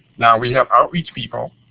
now, we have outreach people.